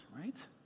right